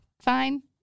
Fine